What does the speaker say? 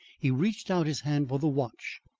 he reached out his hand for the watch.